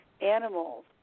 animals